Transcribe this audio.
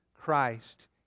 Christ